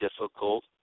difficult